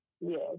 Yes